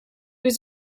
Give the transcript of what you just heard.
was